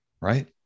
Right